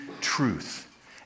truth